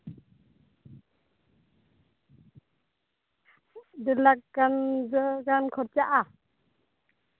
ᱰᱮ ᱲ ᱞᱟᱠᱷ ᱜᱟᱱ ᱠᱷᱚᱨᱪᱟᱜᱼᱟ